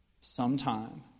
sometime